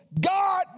God